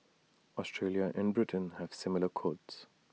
Australia and Britain have similar codes